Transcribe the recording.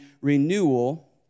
renewal